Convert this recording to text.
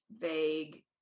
vague